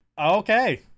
Okay